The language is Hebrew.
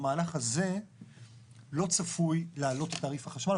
המהלך הזה לא צפוי להעלות את תעריף החשמל,